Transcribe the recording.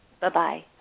Bye-bye